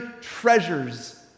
treasures